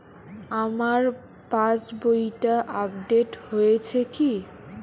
আমার পাশবইটা আপডেট হয়েছে কি?